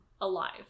alive